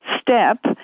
step